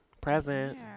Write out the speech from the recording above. Present